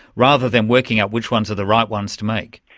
rather than working out which ones are the right ones to make?